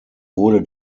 wurde